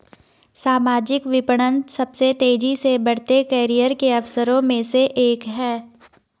सामाजिक विपणन सबसे तेजी से बढ़ते करियर के अवसरों में से एक है